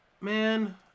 Man